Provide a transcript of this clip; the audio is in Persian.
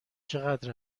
چقدر